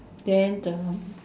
then the